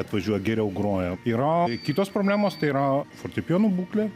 atvažiuoja geriau groja yra kitos problemos tai yra fortepijonų būklė